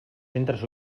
centres